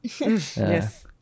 yes